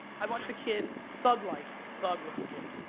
i watch the kid, thug life, thug-looking kid,